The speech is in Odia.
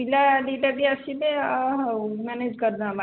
ପିଲା ଦୁଇଟା ବି ଆସିବେ ଆ ହଉ ମେନେଜ୍ କରିଦେବା